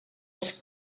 els